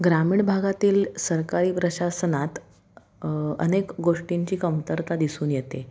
ग्रामीण भागातील सरकारी प्रशासनात अनेक गोष्टींची कमतरता दिसून येते